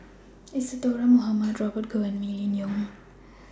Isadhora Mohamed Robert Goh and Mylene Ong